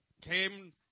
came